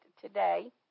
today